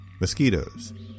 Mosquitoes